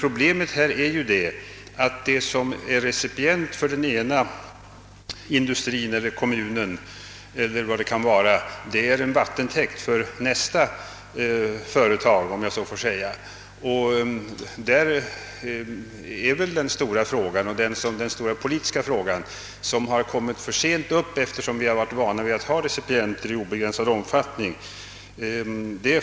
Problemen ligger i att vad som är recipient för den ena industrin eller kommunen utgör en vattentäkt för ett annat företag. Detta är väl den stora politiska fråga som kommit för sent upp, eftersom vi varit vana vid att ha recipienter i obegränsad omfattning.